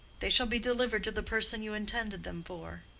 they shall be delivered to the person you intended them for.